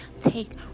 take